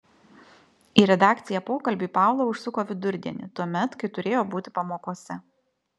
į redakciją pokalbiui paula užsuko vidurdienį tuomet kai turėjo būti pamokose